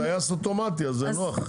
כי זה טייס אוטומטי אז זה נוח.